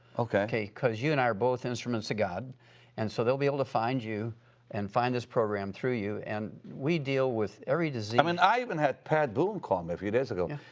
okay. cause you and i are both instruments of god and so they'll be able to find you and find this program through you and we deal with every disease. i mean, i even had pat boone call me a few days ago.